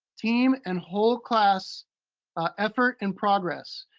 team, and whole class effort and progress.